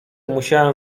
musiałem